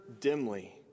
dimly